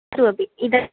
अस्तु अपि इदानीम्